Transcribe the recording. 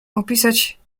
opisać